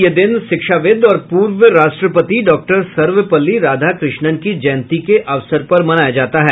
यह दिन शिक्षाविद और पूर्व राष्ट्रपति डॉक्टर सर्वपल्ली राधाकृष्णन की जयंती के अवसर पर मनाया जाता है